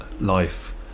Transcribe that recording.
life